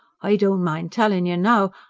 i don't mind tellin' you now,